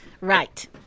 right